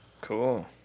cool